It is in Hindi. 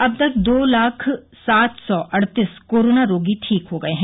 अब तक दो लाख सात सौ अड़तीस कोरोना रोगी ठीक हो गये हैं